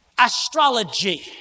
Astrology